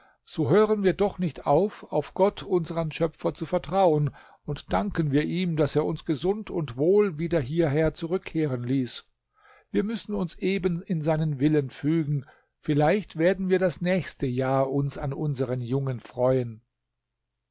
so hören wir doch nicht auf auf gott unseren schöpfer zu vertrauen und danken wir ihm daß er uns gesund und wohl wieder hierher zurückkehren ließ wir müssen uns eben in seinen willen fügen vielleicht werden wir das nächste jahr uns an unseren jungen freuen